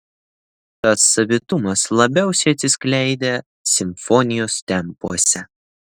tas savitumas labiausiai atsiskleidė simfonijos tempuose